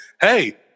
Hey